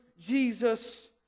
Jesus